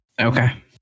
okay